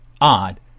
odd